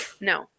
no